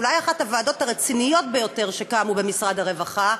אולי אחת הוועדות הרציניות ביותר שקמו במשרד הרווחה,